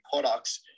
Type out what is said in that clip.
products